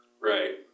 right